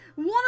one